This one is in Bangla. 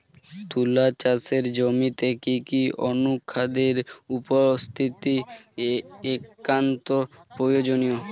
তুলা চাষের জমিতে কি কি অনুখাদ্যের উপস্থিতি একান্ত প্রয়োজনীয়?